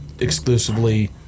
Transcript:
exclusively